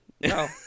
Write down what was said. no